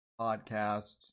podcasts